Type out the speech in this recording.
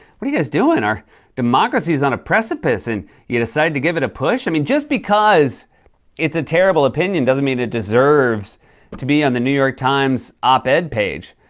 what are you guys doing? our democracy is on a precipice, and you decide to give it a push? i mean, just because it's a terrible opinion doesn't mean it deserves to be on the new york times op-ed page.